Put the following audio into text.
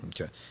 Okay